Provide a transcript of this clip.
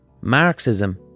Marxism